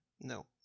No